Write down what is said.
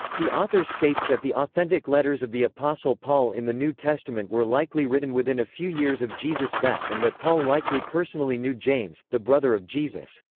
the author states that the authentic letters of the apostle paul in the new testament were likely written within a few years of jesus' death and that paul likely personally knew james, the brother of jesus.